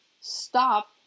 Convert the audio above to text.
stop